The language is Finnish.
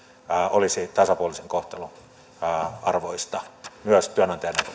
olisi tasapuolisen kohtelun arvoista myös työnantajan